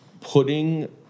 putting